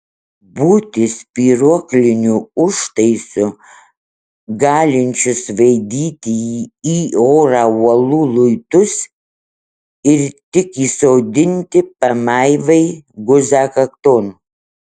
būti spyruokliniu užtaisu galinčiu svaidyti į orą uolų luitus ir tik įsodinti pamaivai guzą kakton